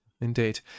Indeed